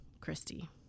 Christy